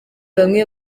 bamwe